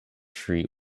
street